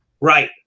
Right